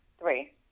three